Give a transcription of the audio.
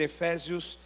Efésios